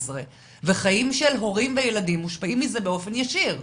וחיים של הורים וילדים מושפעים מזה באופן ישיר.